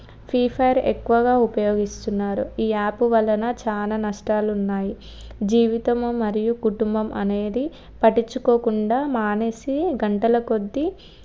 free fire ఎక్కువగా ఉపయోగిస్తున్నారు ఈ యాప్ వలన చాలా నష్టాలు ఉన్నాయి జీవితము మరియు కుటుంబం అనేది పట్టించుకోకుండా మానేసి గంటల కొద్దీ